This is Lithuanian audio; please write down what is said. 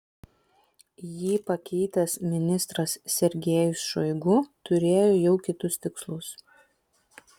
jį pakeitęs ministras sergejus šoigu turėjo jau kitus tikslus